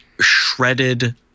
shredded